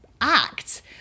act